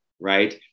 right